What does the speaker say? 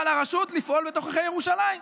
על הרשות לפעול בתוככי ירושלים.